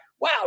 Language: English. wow